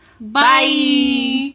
Bye